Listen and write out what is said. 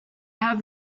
have